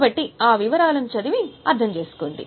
కాబట్టి ఆ వివరాలను చదివి అర్థం చేసుకోండి